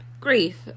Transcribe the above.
Grief